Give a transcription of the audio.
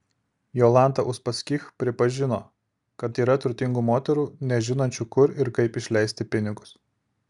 jolanta uspaskich pripažino kad yra turtingų moterų nežinančių kur ir kaip išleisti pinigus